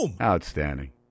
outstanding